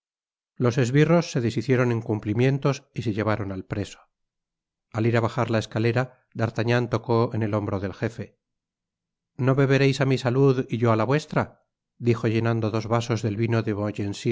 los esbirros se deshicieron en cumplimientos y se llevaron al preso al ir á bajar la escalera d'artagnan tocó en el hombro del gefe no bebereis á mi salud y yo á la vuestra dijo llenando dos vasos del vino de